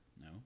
No